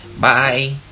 Bye